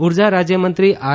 ઉર્જા રાજ્યમંત્રી આર